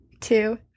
two